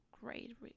great